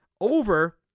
over